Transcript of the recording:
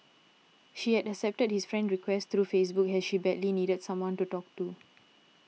she had accepted his friend request through Facebook as she badly needed someone to talk to